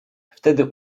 wtedy